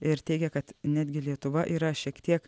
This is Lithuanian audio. ir teigia kad netgi lietuva yra šiek tiek